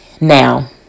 Now